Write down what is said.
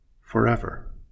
forever